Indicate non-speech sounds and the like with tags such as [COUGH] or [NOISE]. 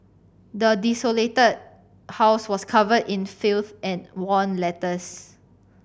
the desolated house was covered in filth and [UNINTELLIGIBLE] letters